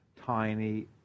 tiny